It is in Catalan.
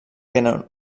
tenen